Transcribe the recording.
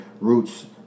roots